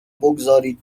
بگذارید